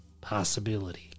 possibility